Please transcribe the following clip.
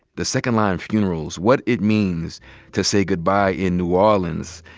the second line funerals, what it means to say good-bye in new orleans.